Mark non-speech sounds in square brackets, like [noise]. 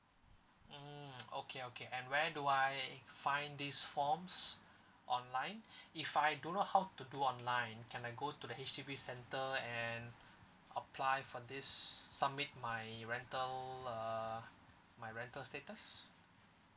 mm [noise] okay okay and where do I find these forms online if I don't know how to do online can I go to the H_D_B centre and apply for this submit my rental uh my rental status